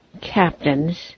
captains